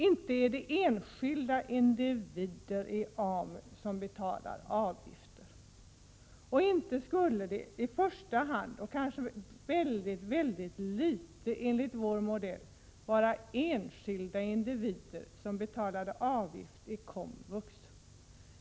Inte är det enskilda individer i AMU som betalar avgifter. Och inte skulle det i första hand — kanske väldigt litet, enligt vår modell — vara enskilda individer som betalade avgifter i komvux.